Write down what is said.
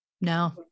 no